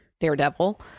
Daredevil